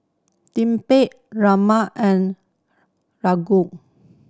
Raman and